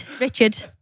Richard